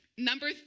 Number